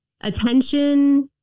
attention